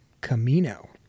Camino